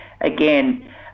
again